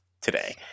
today